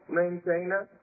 maintainer